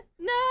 No